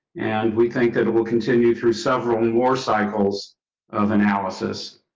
and we think that it will continue through several war cycles of analysis.